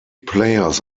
players